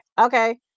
Okay